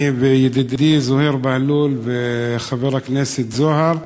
אני וידידי זוהיר בהלול וחבר הכנסת זוהר,